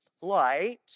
light